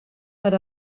per